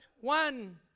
One